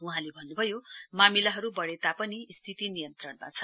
वहाँले भन्न्भयो मामिलाहरू बढे तापनि स्थिति नियन्त्रणमा छ